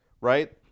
right